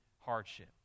hardship